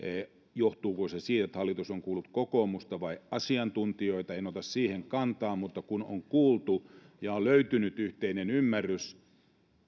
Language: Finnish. johtuuko se siitä että hallitus on kuullut kokoomusta vai asiantuntijoita en ota siihen kantaa mutta kun on kuultu ja on löytynyt yhteinen ymmärrys